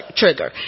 trigger